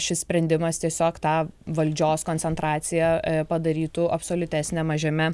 šis sprendimas tiesiog tą valdžios koncentraciją padarytų absoliutesnę mažiame